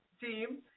team